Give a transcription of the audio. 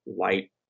light